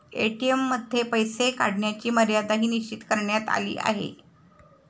ATM मध्ये पैसे काढण्याची मर्यादाही निश्चित करण्यात आली आहे